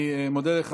אני מודה לך.